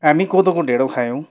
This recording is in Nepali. हामी कोदोको ढिँडो खायौँ